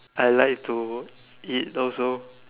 I like to eat also